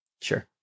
Sure